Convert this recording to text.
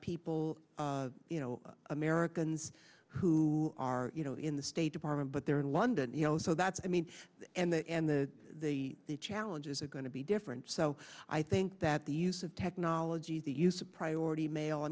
people you know americans who are you know in the state department but they're in london you know so that's i mean and the the the challenges are going to be different so i think that the use of technology the use a priority mail i